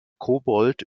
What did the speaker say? kobold